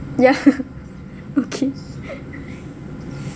yeah okay